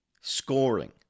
scoring